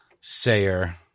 sayer